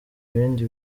ibindi